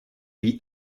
lui